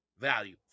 value